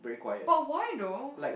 but why though